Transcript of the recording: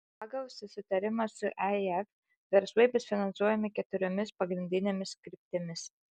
pagal susitarimą su eif verslai bus finansuojami keturiomis pagrindinėmis kryptimis